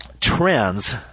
trends